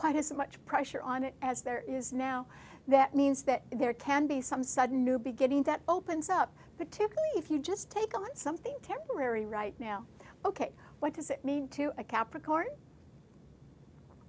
quite as much pressure on it as there is now that means that there can be some sudden new beginning that opens up particularly if you just take on something temporary right now ok what does it mean to a capricorn